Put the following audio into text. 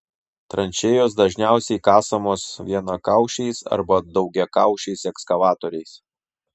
tranšėjos dažniausiai kasamos vienakaušiais arba daugiakaušiais ekskavatoriais